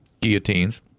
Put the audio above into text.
guillotines